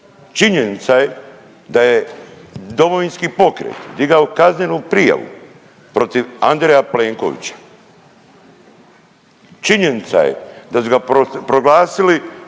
činjenica je da je Domovinski pokret digao kaznenu prijavu protiv Andreja Plenkovića. Činjenica je da su ga proglasili